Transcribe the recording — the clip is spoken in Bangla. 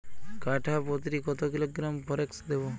কাঠাপ্রতি কত কিলোগ্রাম ফরেক্স দেবো?